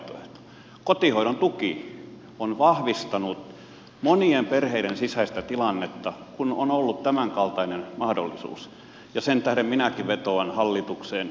kotihoidon tuki on vahvistanut monien perheiden sisäistä tilannetta kun on ollut tämänkaltainen mahdollisuus ja sen tähden minäkin vetoan hallitukseen